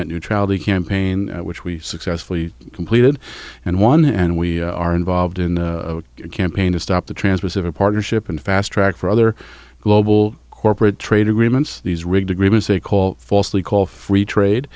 net neutrality campaign which we successfully completed and won and we are involved in the campaign to stop the trans pacific partnership and fast track for other global corporate trade agreements these rigged agreements they call falsely call free trade